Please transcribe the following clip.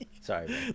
Sorry